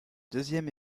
deuxième